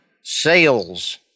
Sales